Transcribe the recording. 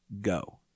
go